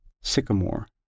Sycamore